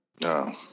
No